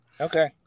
Okay